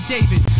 David